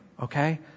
Okay